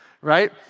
right